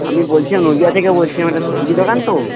আমি বলছিলাম নদীয়া থেকে বলছিলাম এটা সবজি দোকান তো